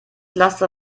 laster